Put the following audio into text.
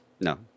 No